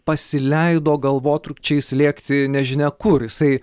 pasileido galvotrūkčiais lėkti nežinia kur jisai